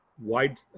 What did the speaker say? white,